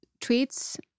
tweets